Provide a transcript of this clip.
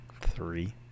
three